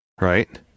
Right